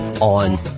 on